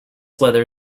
weather